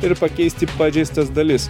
ir pakeisti pažeistas dalis